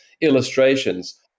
illustrations